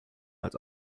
als